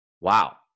wow